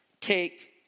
Take